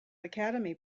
academy